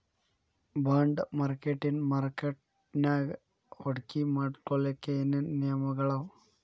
Bond ಮಾರ್ಕೆಟಿನ್ ಮಾರ್ಕಟ್ಯಾಗ ಹೂಡ್ಕಿ ಮಾಡ್ಲೊಕ್ಕೆ ಏನೇನ್ ನಿಯಮಗಳವ?